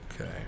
Okay